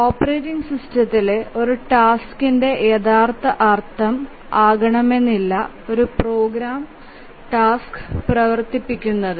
ഒരു ഓപ്പറേറ്റിംഗ് സിസ്റ്റത്തിലെ ഒരു ടാസ്ക്കിന്റെ യഥാർത്ഥ അർത്ഥo ആകണമെന്നില്ല ഒരു പ്രോഗ്രാം ടാസ്ക് പ്രവർത്തിപ്പിക്കുന്നത്